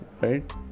right